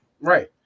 right